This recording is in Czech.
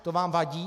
To vám vadí?